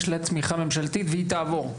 יש לה תמיכה ממשלתית והיא תעבור.